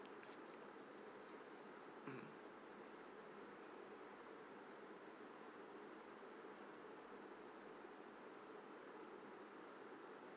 mm